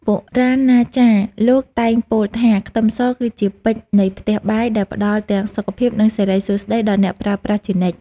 បុរាណាចារ្យលោកតែងពោលថាខ្ទឹមសគឺជាពេជ្រនៃផ្ទះបាយដែលផ្តល់ទាំងសុខភាពនិងសិរីសួស្តីដល់អ្នកប្រើប្រាស់ជានិច្ច។